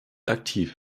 aktiv